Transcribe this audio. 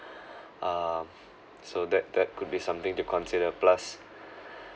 um so that that could be something to consider plus